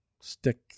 stick